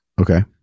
Okay